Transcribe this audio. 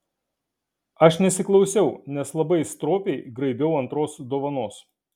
aš nesiklausiau nes labai stropiai graibiau antros dovanos